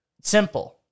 Simple